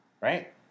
Right